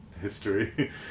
history